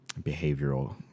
behavioral